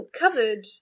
covered